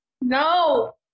no